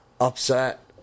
upset